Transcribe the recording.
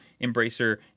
Embracer